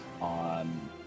on